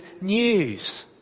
news